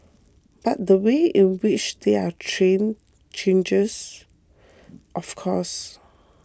but the way in which they are trained changes of course